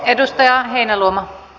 arvoisa puheenjohtaja